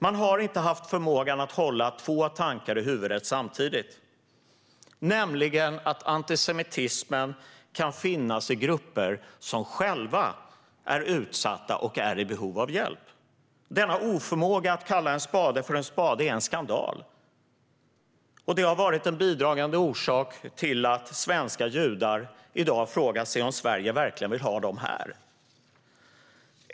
Man har inte haft förmågan att hålla två tankar i huvudet samtidigt: att antisemitism kan finnas i grupper som själva är utsatta och i behov av hjälp. Denna oförmåga att kalla en spade för en spade är en skandal och har varit en bidragande orsak till att svenska judar i dag frågar sig om Sverige verkligen vill ha dem här. Fru talman!